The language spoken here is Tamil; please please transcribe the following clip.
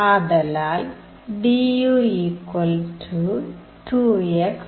ஆதலால் du2xdx